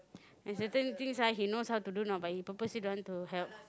and certain things he knows how to do lah but he purposely don't want to help